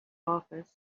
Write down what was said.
office